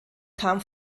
kam